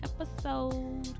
episode